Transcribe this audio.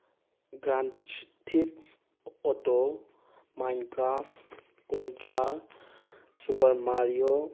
grand theft auto mind craft contra super mario